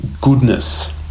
goodness